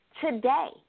today